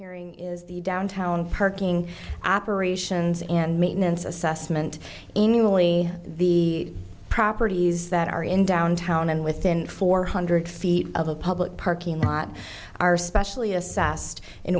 hearing is the downtown parking operations and maintenance assessment in new delhi the properties that are in downtown and within four hundred feet of a public parking lot are specially a sassed in